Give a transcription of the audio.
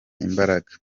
imbaraga